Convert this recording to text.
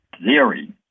Theory